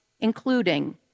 including